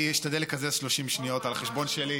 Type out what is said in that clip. אני אשתדל לקזז 30 שניות על החשבון שלי.